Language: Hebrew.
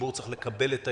ציבור צריך לקבל את ההיגיון,